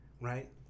right